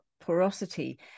porosity